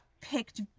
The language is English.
picked